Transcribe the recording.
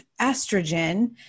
estrogen